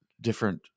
different